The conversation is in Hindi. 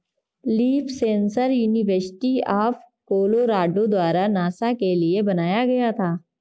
leaf sensor university of Colorado द्वारा नासा के लिए बनाया गया था